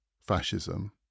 fascism